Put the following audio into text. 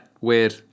Weird